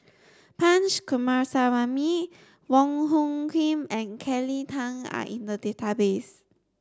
Punch Coomaraswamy Wong Hung Khim and Kelly Tang are in the database